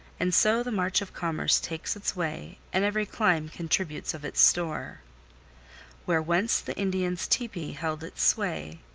and so the march of commerce takes its way, and every clime contributes of its store where once the indian's tepee held its sway,